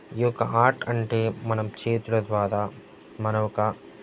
ఈ యొక్క ఆర్ట్ అంటే మనం చేతుల ద్వారా మనం ఒక